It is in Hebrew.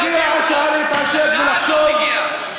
הגיעה השעה שאתם, השעה הזאת הגיעה.